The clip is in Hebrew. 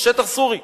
היא שטח סורי.